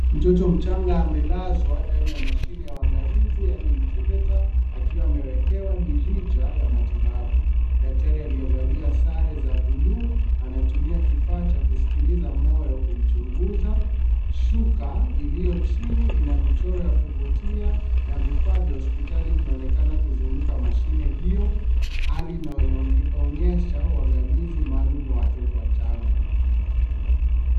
Mtoto mchanga amelazwa ndani ya mashine ya uangalizi yaani incubator akiwa amewekewa mirija ya matibabu. Daktari aliyevalia sare za bluu anatumia kifaa cha kusikiliza moyo kumchunguza. Shuka iliyo chini ina michoro ya kuvutia na vifaa vya hospitali vinaonekana kuzunguka mashine hiyo. Hali inayoonyesha uangalizi maalumu wa watoto wachanga.